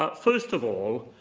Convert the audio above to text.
but first of all,